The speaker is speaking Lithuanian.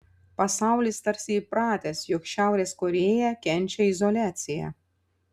pasaulis tarsi įpratęs jog šiaurės korėja kenčia izoliaciją